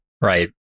right